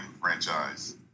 franchise